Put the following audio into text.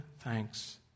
thanks